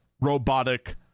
robotic